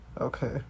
Okay